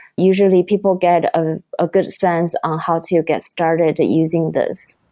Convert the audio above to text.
usually people get a ah good sense on how to get started using this